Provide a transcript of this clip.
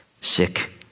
sick